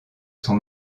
son